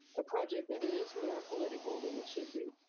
a project that is more political than it should be.